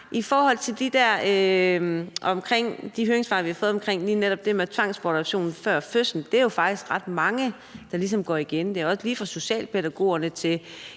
i forhold til de høringssvar, vi har fået, om lige netop det med tvangsbortadoption før fødslen er det faktisk ret mange, der går igen. Det er lige fra Socialpædagogerne til